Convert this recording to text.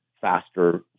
faster